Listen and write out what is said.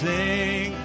Sing